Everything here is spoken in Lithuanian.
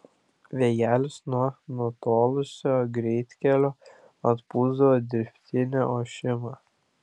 vėjelis nuo nutolusio greitkelio atpūsdavo dirbtinį ošimą